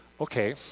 okay